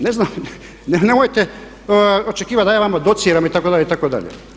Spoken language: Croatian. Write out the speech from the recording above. Ne znam, nemojte očekivati da ja vama dociram itd.,itd.